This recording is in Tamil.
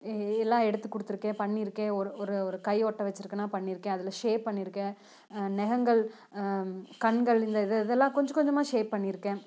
எ எல்லாம் எடுத்து கொடுத்துருக்கேன் பண்ணிருக்கேன் ஒரு ஒரு கை ஒட்ட வச்சுருக்கனா பண்ணிருக்கேன் அதில் ஷேப் பண்ணிருக்கேன் நகங்கள் கண்கள் இந்த இது இதெல்லாம் கொஞ்சம் கொஞ்சமாக ஷேப் பண்ணிருக்கேன்